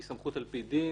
היא סמכות על פי דין.